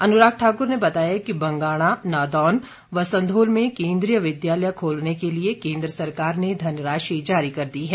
अनुराग ठाक्र ने बतया कि बंगाणा नादौन व संधोल में केन्द्रीय विद्यालय खोलने के लिए केन्द्र सरकार ने धनराशि जारी कर दी है